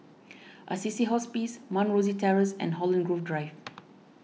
Assisi Hospice Mount Rosie Terrace and Holland Grove Drive